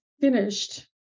finished